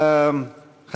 בעד.